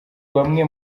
bamwe